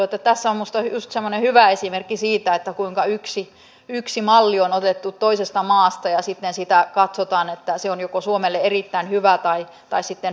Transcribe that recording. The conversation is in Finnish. tässä on minusta just semmoinen hyvä esimerkki siitä kuinka yksi malli on otettu toisesta maasta ja sitten katsotaan että se on joko suomelle erittäin hyvä tai sitten huono vaihtoehto